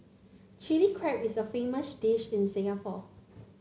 Chilli Crab is a famous dish in Singapore